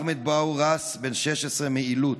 אחמד אבו ראס, בן 16, מעילוט,